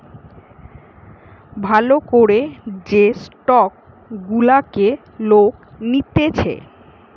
ভাল করে যে স্টক গুলাকে লোক নিতেছে